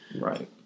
Right